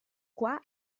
qua